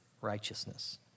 righteousness